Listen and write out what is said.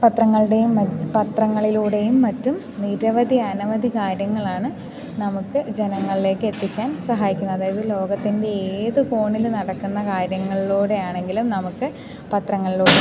പത്രങ്ങളുടെയും മറ്റ് പത്രങ്ങളിലൂടെയും മറ്റും നിരവധി അനവധി കാര്യങ്ങളാണ് നമുക്ക് ജനങ്ങളിലേക്ക് എത്തിക്കാൻ സഹായിക്കുന്നത് അതായത് ലോകത്തിൻ്റെ ഏതു കോണിൽ നടക്കുന്ന കാര്യങ്ങളിലൂടെയാണെങ്കിലും നമുക്ക് പത്രങ്ങളിലൂടെ